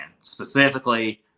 specifically